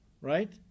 Right